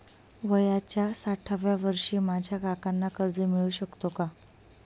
वयाच्या साठाव्या वर्षी माझ्या काकांना कर्ज मिळू शकतो का?